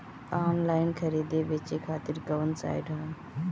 Online खरीदे बेचे खातिर कवन साइड ह?